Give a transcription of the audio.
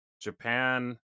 Japan